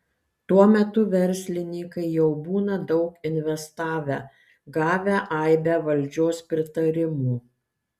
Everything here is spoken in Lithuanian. tuo metu verslininkai jau būna daug investavę gavę aibę valdžios pritarimų